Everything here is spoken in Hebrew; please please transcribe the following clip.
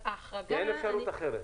ואין אפשרות אחרת.